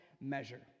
measure